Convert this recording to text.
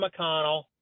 McConnell